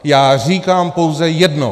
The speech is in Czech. Já říkám pouze jedno: